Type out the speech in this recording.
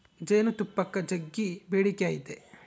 ಜೇನುತುಪ್ಪಕ್ಕ ಜಗ್ಗಿ ಬೇಡಿಕೆ ಐತೆ